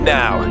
now